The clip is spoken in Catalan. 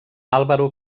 álvaro